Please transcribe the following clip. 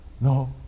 No